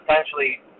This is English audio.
essentially